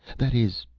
that is,